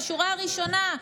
מהשורה הראשונה,